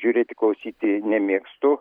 žiūrėti klausyti nemėgstu